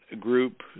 group